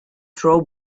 throw